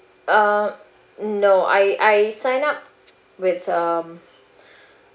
uh no I I sign up with um